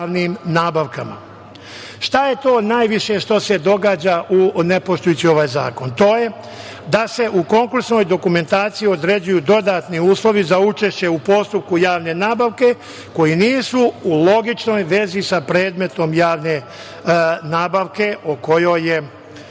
Šta je to najviše što se događa u ne poštujući ovaj zakon? To je da se u konkursnoj dokumentaciji određuju dodatni uslovi za učešće u postupku javne nabavke koji nisu u logičnoj vezi sa predmetom javne nabavke na kojoj je